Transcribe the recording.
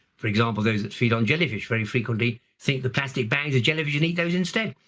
for example those that feed on jellyfish very frequently think the plastic bags are jellyfish and eat those instead.